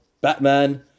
Batman